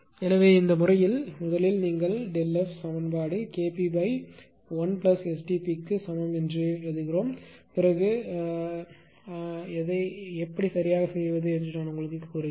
எனவே இந்த முறையில் முதலில் நீங்கள் Fசமன்பாடு KP1STp க்கு சமம் என்று எழுதுங்கள் பிறகு ஆனால் அதை எப்படி சரியாக செய்வது என்று நான் உங்களுக்கு சொல்கிறேன்